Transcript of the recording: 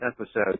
episode